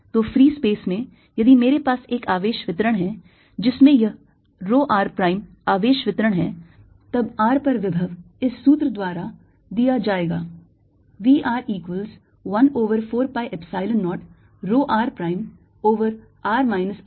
तो free space में यदि मेरे पास एक आवेश वितरण है जिसमें यह rho r प्राइम आवेश वितरण है तब r पर विभव इस सूत्र द्वारा दिया जाएगा - V r equals 1 over 4 pi epsilon 0 rho r prime over r minus r prime dV prime